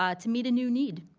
um to meet a new need.